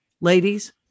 ladies